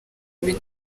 muri